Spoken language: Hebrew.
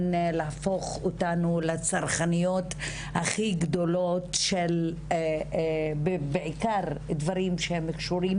להפוך אותנו לצרכניות הכי גדולות בעיקר של דברים שקשורים